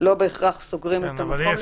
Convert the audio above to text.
לא בהכרח סוגרים את המקום.